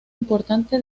importante